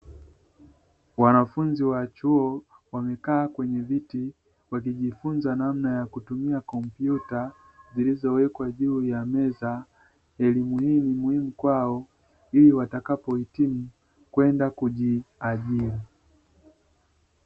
Wanafunzi wa chuo wamekaa kwenye viti, wakijifunza namna ya kutumia tarakirishi zilizowekwa juu ya meza, elimu hii ni muhimu kwao ili watakapohitimu, kwenda kujiajiri.